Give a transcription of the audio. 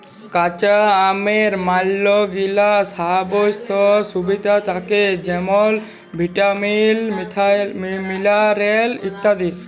কাঁচা আমের ম্যালাগিলা স্বাইস্থ্য সুবিধা থ্যাকে যেমল ভিটামিল, মিলারেল ইত্যাদি